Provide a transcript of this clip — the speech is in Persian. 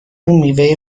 میوه